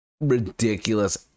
ridiculous